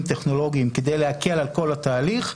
טכנולוגיים כדי להקל על כל התהליך.